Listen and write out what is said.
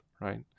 right